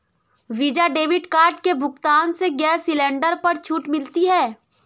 visa debit card के भुगतान से गैस सिलेंडर पर छूट मिलती है